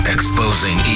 Exposing